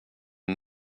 une